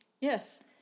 Yes